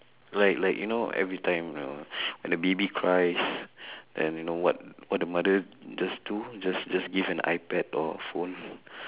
like like you know every time you know when a baby cries then you know what what the mother just do just just give an ipad or phone